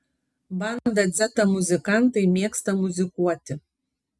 banda dzeta muzikantai mėgsta muzikuoti